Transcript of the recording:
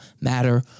matter